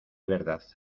verdad